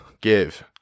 give